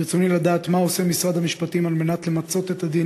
ברצוני לדעת מה משרד המשפטים עושה כדי למצות את הדין